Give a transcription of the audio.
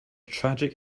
tragic